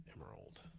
Emerald